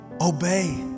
obey